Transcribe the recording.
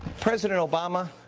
president obama,